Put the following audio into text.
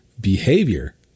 behavior